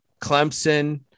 Clemson